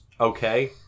okay